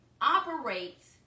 operates